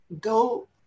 go